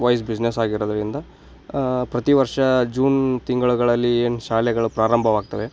wise business ಆಗಿರೋದ್ರಿಂದ ಪ್ರತಿ ವರ್ಷ ಜೂನ್ ತಿಂಗಳುಗಳಲ್ಲಿ ಏನು ಶಾಲೆಗಳು ಪ್ರಾರಂಭವಾಗ್ತವೆ